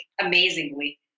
amazingly